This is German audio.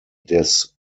des